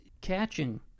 catching